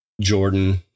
Jordan